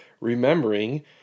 Remembering